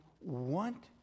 want